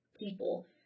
people